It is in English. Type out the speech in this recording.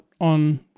on